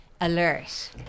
alert